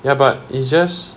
ya but it's just